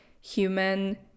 human